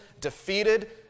defeated